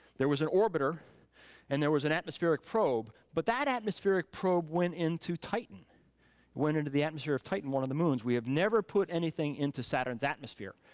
there was an orbiter and there was an atmospheric probe but that atmospheric probe went into titan. it went into the atmosphere of titan, one of the moons. we have never put anything into saturn's atmosphere.